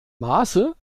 maße